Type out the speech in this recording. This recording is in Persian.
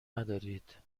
ندارید